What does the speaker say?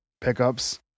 pickups